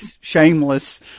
shameless